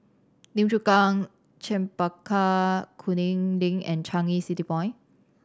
Lim Chu Kang Chempaka Kuning Link and Changi City Point